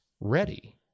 ready